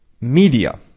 media